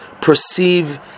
perceive